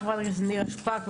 חברת הכנסת נירה שפק.